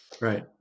Right